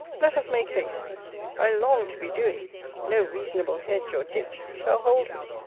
let us make haste i long to be doing no reasonable hedge or ditch shall hold me.